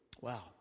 Wow